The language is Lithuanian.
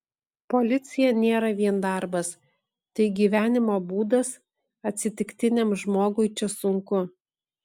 policija nėra vien darbas tai gyvenimo būdas atsitiktiniam žmogui čia sunku